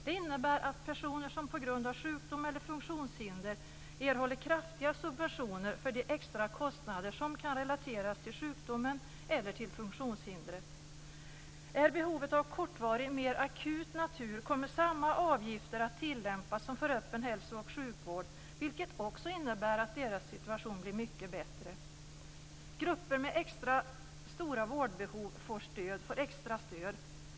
Det innebär att personer som har en sjukdom eller som har funktionshinder erhåller kraftiga subventioner för de extra kostnader som kan relateras till sjukdomen eller till funktionshindret. Om behovet är av kortvarig, mera akut natur kommer samma avgifter att tillämpas som för öppen hälso och sjukvård, vilket också innebär att de här människornas situation blir mycket bättre. Grupper med extra stora vårdbehov får extra stöd.